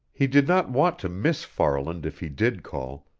he did not want to miss farland if he did call,